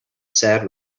sad